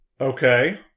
Okay